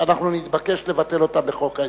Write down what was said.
ואנחנו נתבקש לבטל אותם בחוק ההסדרים,